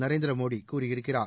நரேந்திர மோதி கூறியிருக்கிறார்